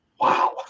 wow